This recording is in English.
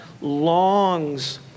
longs